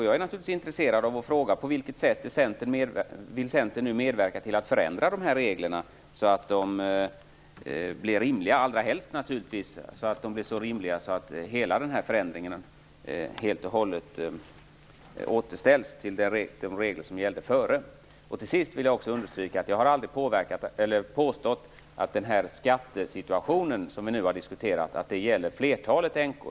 Jag är naturligtvis intresserad av att veta på vilket sätt Centern nu vill medverka till att förändra reglerna, så att de helt och hållet återställs till de regler som gällde tidigare. Till sist vill jag också understryka att jag aldrig har påstått att den skattesituation som vi nu har diskuterat gäller flertalet änkor.